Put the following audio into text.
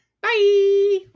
bye